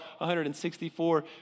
164